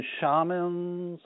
shamans